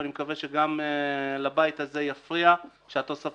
ואני מקווה שגם לבית הזה יפריע שהתוספות